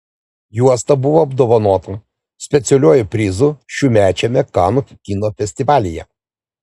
juosta buvo apdovanota specialiuoju prizu šiųmečiame kanų kino festivalyje